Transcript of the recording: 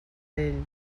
ell